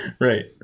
right